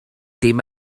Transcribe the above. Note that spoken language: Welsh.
dim